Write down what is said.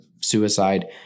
suicide